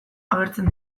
agertzen